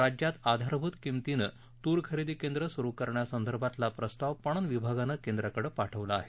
राज्यात आधारभूत किंमतीने तूर खरेदी केंद्र सुरू करण्यासंदर्भातला प्रस्ताव पणन विभागानं केंद्राकडे पाठवला आहे